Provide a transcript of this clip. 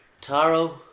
Taro